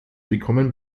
bekommen